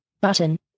Button